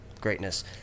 greatness